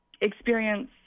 experience